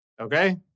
Okay